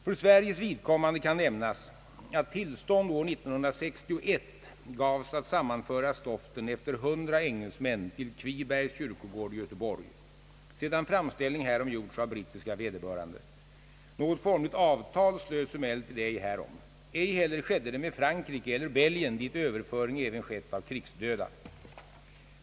För Sveriges vidkommande kan nämnas att tillstånd år 1961 gavs att sammanföra stoften efter 100 engelsmän till Kvibergs kyrkogård i Göteborg, sedan framställning härom gjorts av brittiska vederbörande. Något formligt avtal slöts emellertid ej härom. Ej heller skedde det med Frankrike eller Belgien dit överföring även skett av krigsdöda.